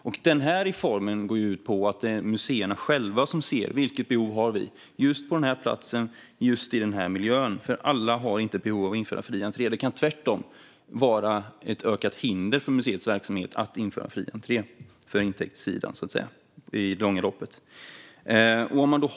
Vår reform går ut på att museerna själva avgör vilka behov de har på just den platsen och i just den miljön. Alla har nämligen inte behov av att införa fri entré. Det kan tvärtom vara ett ökat hinder för museets verksamhet att införa fri entré, för intäktssidan och i långa loppet.